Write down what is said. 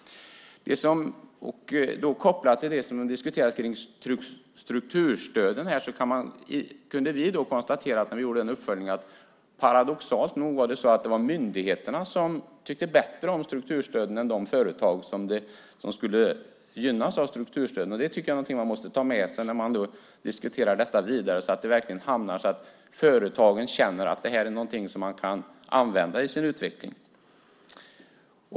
När det gäller strukturstöden kunde vi, när vi gjorde uppföljningen, konstatera att myndigheterna paradoxalt nog tyckte bättre om strukturstöden än vad de företag gjorde som skulle gynnas av dem. Det måste man ta med sig när man diskuterar detta vidare så att det verkligen hamnar så att företagen känner att man kan använda detta i sin utveckling.